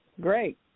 Great